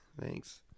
Thanks